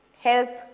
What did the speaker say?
help